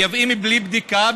מייבאים בלי בדיקה,